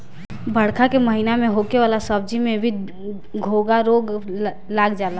बरखा के महिना में होखे वाला सब्जी में भी घोघा रोग लाग जाला